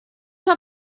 your